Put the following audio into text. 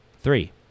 three